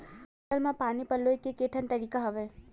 फसल म पानी पलोय के केठन तरीका हवय?